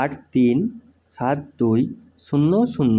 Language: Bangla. আট তিন সাত দুই শূন্য শূন্য